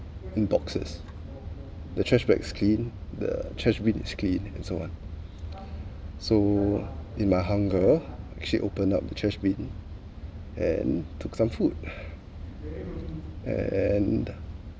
in boxes the trash bag is clean the trash bin is clean and so on so in my hunger actually opened up the trash bin and took some food and